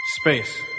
Space